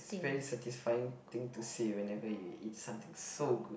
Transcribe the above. it's a very satisfying thing to say whenever you eat something so good